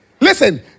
Listen